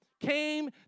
came